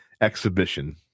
exhibition